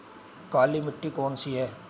काली मिट्टी कौन सी है?